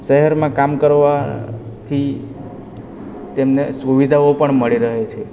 શહેરમાં કામ કરવાથી તેમને સુવિધાઓ પણ મળી રહે છે